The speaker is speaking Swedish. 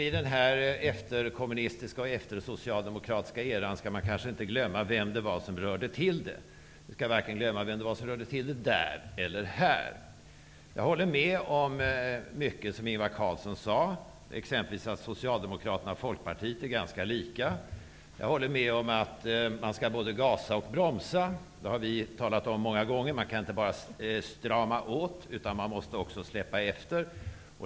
I den här efterkommunistiska och eftersocialdemokratiska eran skall man kanske inte glömma vem det var som rörde till det. Vi skall varken glömma vem det var som rörde till det där eller här. Jag håller med om mycket av det Ingvar Carlsson sade, exempelvis att Socialdemokraterna och Folkpartiet är ganska lika. Jag håller med om att man både skall gasa och bromsa. Det har vi talat om många gånger. Man kan inte bara strama åt, utan man måste också släppa efter.